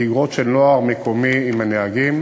ותגרות של נוער מקומי עם הנהגים.